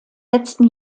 letzten